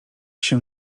się